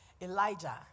Elijah